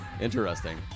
Interesting